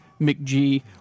McG